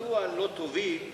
מדוע לא תוביל,